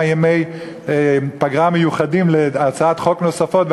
דיוני פגרה מיוחדים להצעות חוק נוספות,